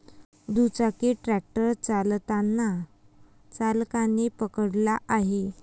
दुचाकी ट्रॅक्टर चालताना चालकाने पकडला आहे